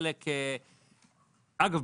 אגב,